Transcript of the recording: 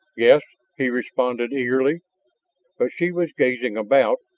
yes, he responded eagerly. but she was gazing about,